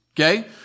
Okay